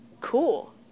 cool